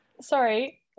Sorry